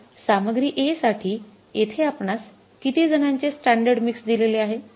तर सामग्री A साठी येथे आपणास किती जणांचे स्टॅंडर्ड मिक्स दिलेले आहे